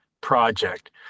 project